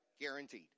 Guaranteed